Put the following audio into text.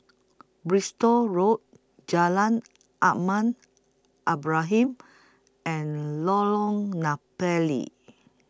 Bristol Road Jalan Ahmad Ibrahim and Lorong Napiri